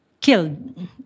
killed